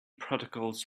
protocols